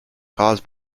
cause